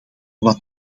wat